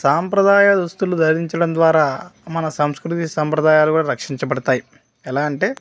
సాంప్రదాయ దుస్తులు ధరించడం ద్వారా మన సంస్కృతి సాంప్రదాయాలు కూడా రక్షించబడతాయి ఎలా అంటే